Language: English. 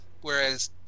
whereas